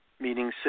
meaning